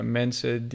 mensen